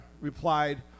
replied